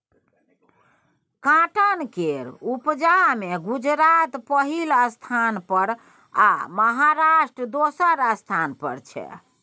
cotton केर उपजा मे गुजरात पहिल स्थान पर आ महाराष्ट्र दोसर स्थान पर छै